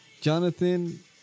Jonathan